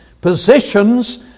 positions